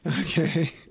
Okay